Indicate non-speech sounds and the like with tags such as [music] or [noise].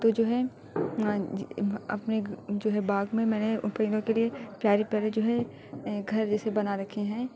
تو جو ہے اپنے [unintelligible] جو ہے باغ میں میں نے پرندوں کے لیے پیارے پیارے جو ہے گھر جیسے بنا رکھے ہیں